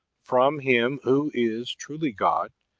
from him who is truly god,